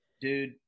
dude